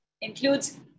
includes